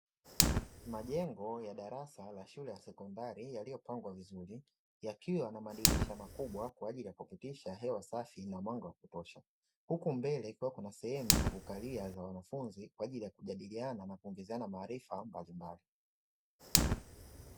Majengo ya darasa la shule ya sekondari yaliyopangwa vizuri, yakiwa na madirisha makubwa kwa ajili ya kupitisha hewa safi na mwanga wa kutosha. Huku mbele kukiwa na sehemu za kukalia za wanafunzi kwa ajili ya kujadiliana na kuongezeana maarifa mbalimbali.